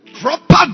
Proper